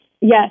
Yes